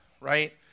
right